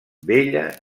bella